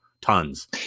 tons